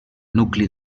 nucli